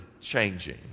changing